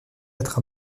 être